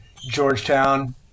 Georgetown